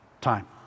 Time